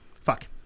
fuck